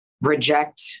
reject